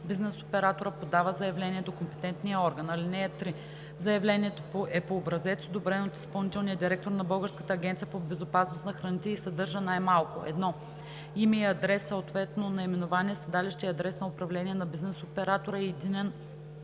бизнес операторът подава заявление до компетентния орган. (3) Заявлението е по образец, одобрен от изпълнителния директор на Българската агенция по безопасност на храните, и съдържа най-малко: 1. име и адрес, съответно наименование, седалище и адрес на управление на бизнес оператора, и единен